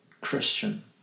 Christian